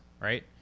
right